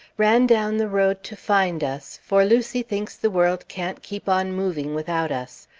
ran down the road to find us, for lucy thinks the world can't keep on moving without us.